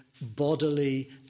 bodily